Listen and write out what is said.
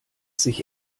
sich